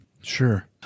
Sure